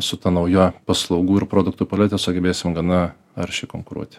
su ta nauja paslaugų ir produktų palete sugebėsim gana aršiai konkuruoti